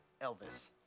Elvis